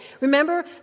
Remember